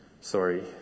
sorry